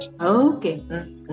Okay